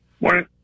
Morning